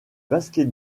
basket